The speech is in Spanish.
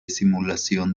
simulación